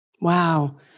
Wow